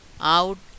out